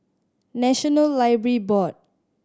National Library Board